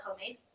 homemade